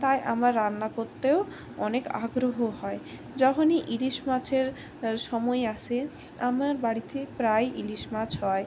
তাই আমার রান্না করতেও অনেক আগ্রহ হয় যখনই ইলিশ মাছের সময় আসে আমার বাড়িতে প্রায়ই ইলিশ মাছ হয়